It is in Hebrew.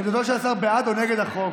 עמדתו של השר בעד או נגד החוק?